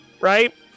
right